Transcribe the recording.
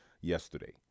yesterday